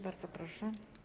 Bardzo proszę.